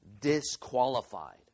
disqualified